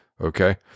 Okay